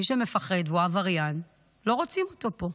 מי שמפחד והוא עבריין, לא רוצים אותו פה.